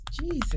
Jesus